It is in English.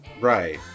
Right